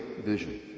vision